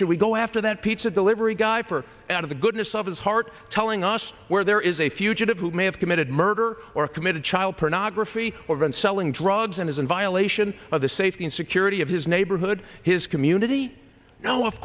should we go after that pizza delivery guy for out of the goodness of his heart telling us where there is a fugitive who may have committed murder or committed child pornography or been selling drugs and is in violation of the safety and security of his neighborhood his community